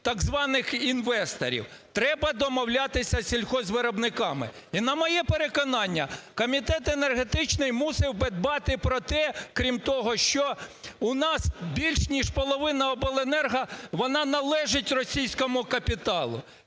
так званих інвесторів. Треба домовлятися з сільгоспвиробниками. І, на моє переконання, комітет енергетичний мусив би дбати про те, крім того, що… у нас більш ніж половина обленерго, вона належить російському капіталу,